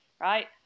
right